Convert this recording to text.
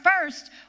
first